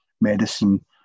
medicine